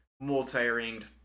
multi-ringed